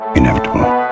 Inevitable